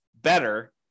better